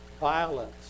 violence